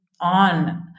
on